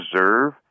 deserve